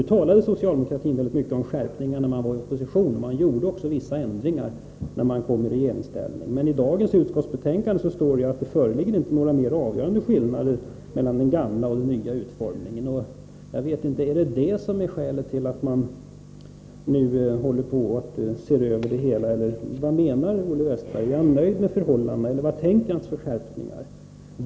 Socialdemokratin talade mycket om skärpningar när man var i opposition, och man vidtog också vissa ändringar när man kom i regeringsställning. Meni dagens utskottsbetänkande står det ju att det inte föreligger några mer avgörande skillnader mellan den gamla och nya utformningen. Är detta skälet till att man nu ser över det hela, eller vad menar Olle Westberg? Är han nöjd med förhållandena, eller vilka skärpningar tänker han sig?